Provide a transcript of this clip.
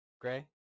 Gray